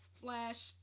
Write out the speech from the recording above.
Flash